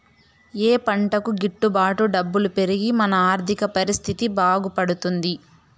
ఏ పంటకు గిట్టు బాటు డబ్బులు పెరిగి మన ఆర్థిక పరిస్థితి బాగుపడుతుంది?